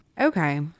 Okay